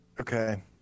Okay